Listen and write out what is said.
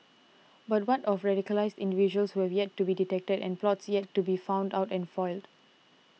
but what of radicalised individuals who have yet to be detected and plots yet to be found out and foiled